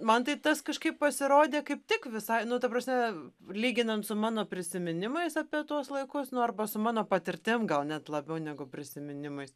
man tai tas kažkaip pasirodė kaip tik visai nu ta prasme lyginant su mano prisiminimais apie tuos laikus nuo arba su mano patirtim gal net labiau negu prisiminimais